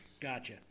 Gotcha